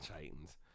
Titans